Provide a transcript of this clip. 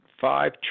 five